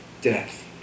death